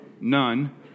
none